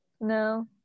No